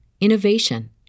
innovation